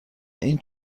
این